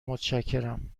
متشکرم